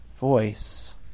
voice